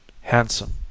Handsome